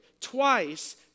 Twice